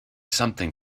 something